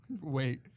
Wait